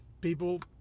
people